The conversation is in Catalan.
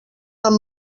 amb